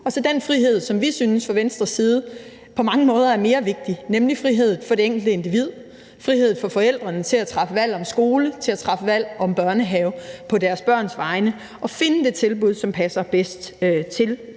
og så den frihed, som vi fra Venstres side på mange måder synes er mere vigtig, nemlig frihed for det enkelte individ, altså frihed for forældrene, til at træffe valg om skole, til at træffe valg om børnehave på deres børns vegne og finde det tilbud, som passer bedst til